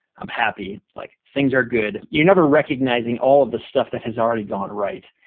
i'm happy, like things are good. you're never recognizing all of the stuff that has already gone right.